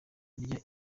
kurya